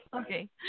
Okay